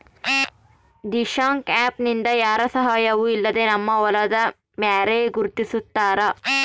Dishank app ನಿಂದ ಯಾರ ಸಹಾಯವೂ ಇಲ್ಲದೆ ನಮ್ಮ ಹೊಲದ ಮ್ಯಾರೆ ಗುರುತಿಸ್ತಾರ